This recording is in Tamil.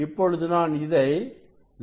இப்பொழுது நான் இதை 0